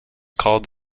called